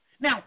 Now